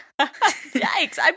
yikes